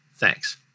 Thanks